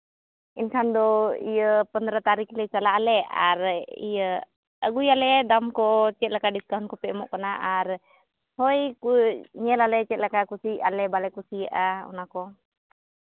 ᱮᱱᱠᱷᱟᱱ ᱫᱚ ᱯᱚᱱᱨᱚ ᱛᱟᱹᱨᱤᱠᱷ ᱨᱮ ᱪᱟᱞᱟᱜ ᱟᱞᱮ ᱟᱨ ᱤᱭᱟᱹ ᱟᱹᱜᱩᱭᱟᱞᱮ ᱫᱟᱢ ᱠᱚ ᱪᱮᱫ ᱞᱮᱠᱟ ᱰᱤᱥᱠᱟᱣᱩᱱᱴ ᱠᱚᱯᱮ ᱮᱢᱚᱜ ᱠᱟᱱᱟ ᱟᱨ ᱦᱳᱭ ᱧᱮᱞ ᱟᱞᱮ ᱪᱮᱫ ᱞᱮᱠᱟ ᱠᱩᱥᱤᱭᱟᱜ ᱞᱮ ᱵᱟᱞᱮ ᱠᱩᱥᱤᱭᱟᱜᱼᱟ ᱚᱱᱟ ᱠᱚ